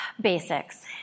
basics